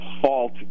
fault